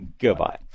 Goodbye